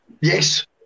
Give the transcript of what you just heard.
Yes